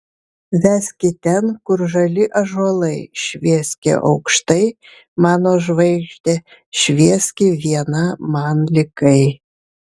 veski ten kur žali ąžuolai švieski aukštai mano žvaigžde švieski viena man likai